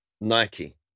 Nike